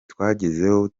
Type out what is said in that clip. twagezeho